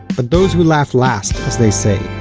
but those who laugh last, as they say,